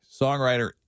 Songwriter